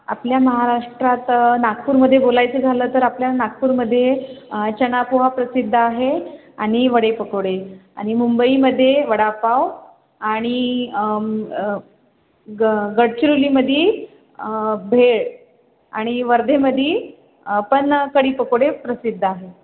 आपल्या महाराष्ट्रात नागपूरमध्ये बोलायचं झालं तर आपल्याला नागपूरमध्ये चनापोहा प्रसिद्ध आहे आणि वडे पकोडे आणि मुंबईमध्ये वडापाव आणि ग गडचिरोलीमध्ये भेळ आणि वर्धेमध्ये पण कढी पकोडे प्रसिद्ध आहे